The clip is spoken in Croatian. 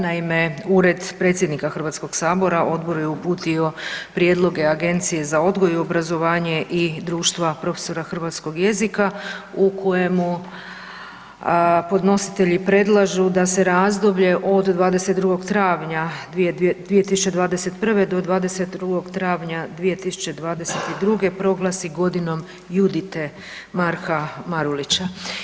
Naime, Ured predsjednika Hrvatskog sabora odboru je uputio prijedlog Agencije za odgoj i obrazovanje i društva profesora hrvatskog jezika u kojemu podnositelji predlažu da se razdoblje od 22. travnja 2021. do 22. travnja 2022. proglasi godinom „Judite“ Marka Marulića.